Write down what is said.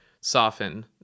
soften